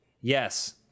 Yes